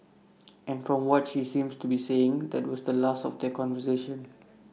and from what she seems to be saying that was the last of their conversation